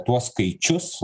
tuos skaičius